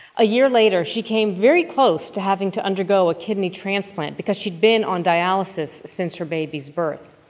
a year later, she came very close to having to undergo a kidney transplant because she had been on dialysis since her baby's birth.